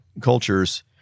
cultures